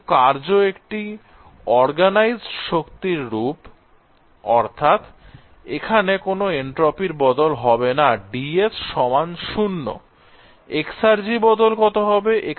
যেহেতু কার্য একটি অর্গানাইজড শক্তির রূপ অর্থাৎ এখানে কোন এনট্রপির বদল হবে না I dS0 এক্সার্জি বদল কত হবে